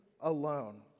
alone